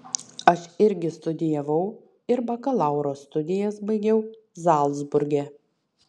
aš irgi studijavau ir bakalauro studijas baigiau zalcburge